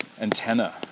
antenna